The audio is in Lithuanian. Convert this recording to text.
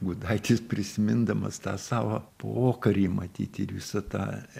gudaitis prisimindamas tą savo pokarį matyt ir visą tą